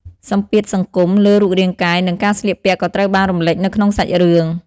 សម្ពាធសង្គម លើរូបរាងកាយ និងការស្លៀកពាក់ក៏ត្រូវបានរំលេចនៅក្នុងសាច់រឿង។